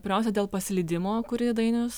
pirmiausia dėl paslydimo kurį dainius